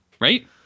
right